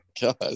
God